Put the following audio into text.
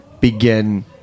begin